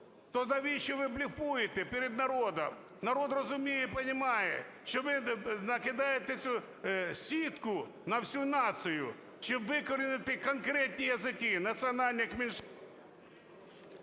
То навіщо ви блефуєте перед народом? Народ розуміє і понімає, що ви накидаєте цю сітку на всю націю, чим викорените конкретні язики національних меншин.